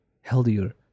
healthier